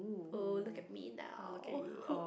oh look at me now who